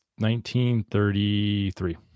1933